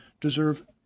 deserve